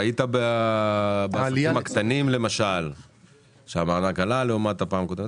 ראית בסעיפים הקטנים למשל שהמענק עלה לעומת הפעם הקודמת?